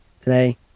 today